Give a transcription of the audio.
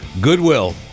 Goodwill